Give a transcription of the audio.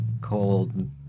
Cold